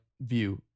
view